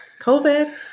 COVID